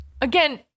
Again